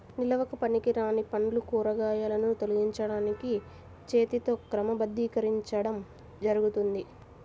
నిల్వకు పనికిరాని పండ్లు, కూరగాయలను తొలగించడానికి చేతితో క్రమబద్ధీకరించడం జరుగుతుంది